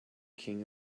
king